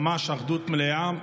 ממש אחדות מלאה,